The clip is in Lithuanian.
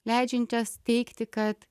leidžiančias teigti kad